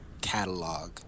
catalog